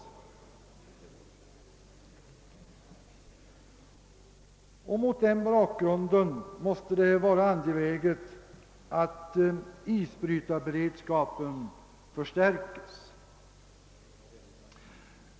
Mot den bakgrunden måste det vara angeläget att isbrytarberedskapen förstärks.